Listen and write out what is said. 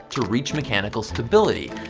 to reach mechanical stability,